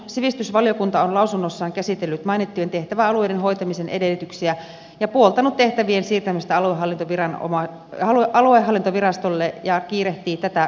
sivistysvaliokunta on lausunnossaan käsitellyt mainittujen tehtäväalueiden hoitamisen edellytyksiä ja puoltanut tehtävien siirtämistä aluehallintovirastolle ja kiirehtii tätä kannanotossaan